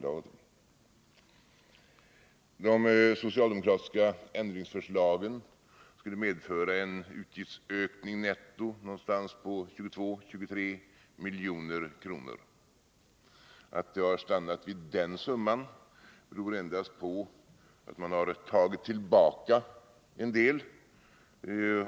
De socialdemokratiska ändringsförslagen skulle netto medföra en utgiftsökning på 22-23 milj.kr. Att det har stannat vid den summan beror endast på att man har tagit tillbaka en del.